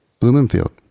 Blumenfield